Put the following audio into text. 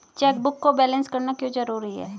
Chequebook को balance करना क्यों जरूरी है?